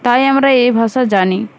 তাই আমরা এই ভাষা জানি